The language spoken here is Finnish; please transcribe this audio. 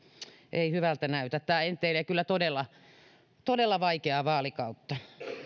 ei hyvältä näytä tämä enteilee kyllä todella todella vaikeaa vaalikautta